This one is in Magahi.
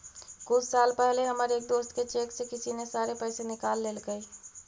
कुछ साल पहले हमर एक दोस्त के चेक से किसी ने सारे पैसे निकाल लेलकइ